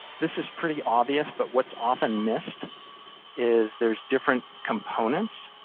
this is pretty obvious. but what's often missed is there's different components.